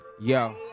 Yo